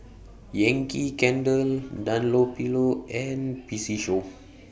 Yankee Candle Dunlopillo and P C Show